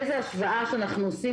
איזו השוואה שאנחנו עושים,